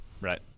right